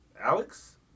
Alex